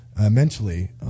mentally